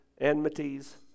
enmities